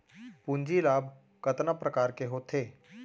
पूंजी लाभ कतना प्रकार के होथे?